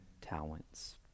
talents